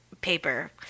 paper